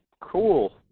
cool